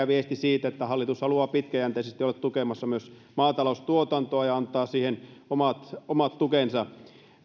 viesti siitä että hallitus haluaa pitkäjänteisesti olla tukemassa myös maataloustuotantoa ja antaa siihen omat omat tukensa